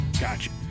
Gotcha